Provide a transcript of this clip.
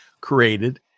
created